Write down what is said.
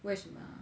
为什么